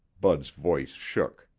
bud's voice shook.